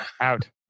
out